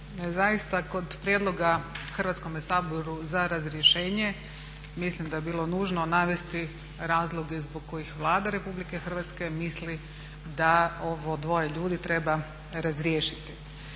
Zaista kod prijedloga Hrvatskome saboru za razrješenje mislim da je bilo nužno navesti razloge zbog kojih Vlada Republike Hrvatske misli da ovo dvoje ljudi treba razriješiti.